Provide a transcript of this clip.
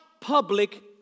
public